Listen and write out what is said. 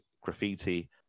graffiti